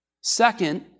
Second